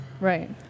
Right